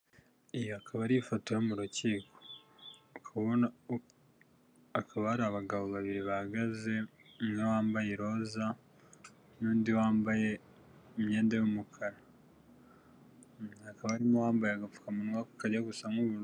Iyi akaba ari ifoto yo mu rukiko ndikubona hakaba hari abagabo babiri bahagaze umwe wambaye iroza n'undi wambaye imyenda y'umukara hakaba harimo uwambaye agapfukamunwa kajya gusa nk'ubururu.